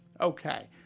Okay